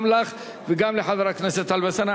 גם לך וגם לחבר הכנסת טלב אלסאנע.